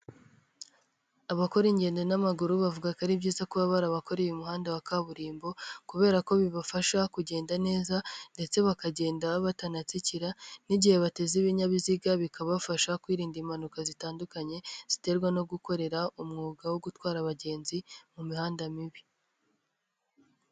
Abakora ingendo n'amaguru bavuga ko ari byiza kuba barabakoreye umuhanda wa kaburimbo kubera ko bibafasha kugenda neza ndetse bakagenda batanatsikira n'igihe bateze ibinyabiziga bikabafasha kwirinda impanuka zitandukanye, ziterwa no gukorera umwuga wo gutwara abagenzi mu mihanda mibi.